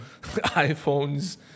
iphones